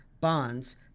bonds